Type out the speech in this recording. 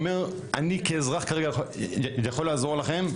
אומר אני כרגע כאזרח יכול לעזור לכם,